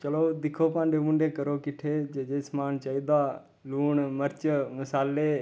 चलो दिक्खो भांडे भूंडे करो किट्ठे जे जे समान चाहिदा लून मर्च मसाले